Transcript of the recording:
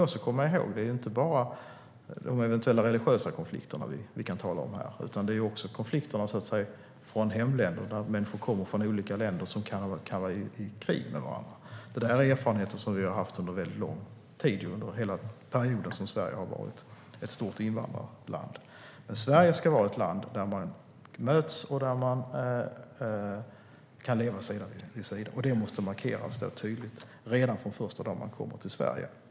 Det är ju inte bara de eventuella religiösa konflikterna vi talar om här, utan det handlar också om konflikter från hemländer, där människor kommer från olika länder som kan vara i krig med varandra. Det är erfarenheter som vi har haft under lång tid, under hela den period som Sverige har varit ett stort invandrarland. Sverige ska vara ett land där man möts och där man kan leva sida vid sida. Det måste markeras tydligt redan första dagen man kommer till Sverige.